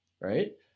right